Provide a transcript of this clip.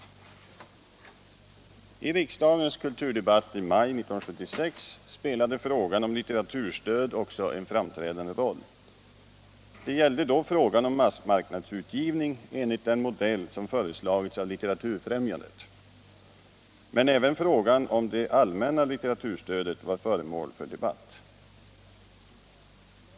I riksdagens kulturdebatt i maj 1976 spelade frågan om litteraturstöd också en framträdande roll. Det gällde då frågan om massmarknadsutgivning enligt den modell som föreslagits av Litteraturfrämjandet, men även frågan om det allmänna litteraturstödet var föremål för debatt.